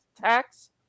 tax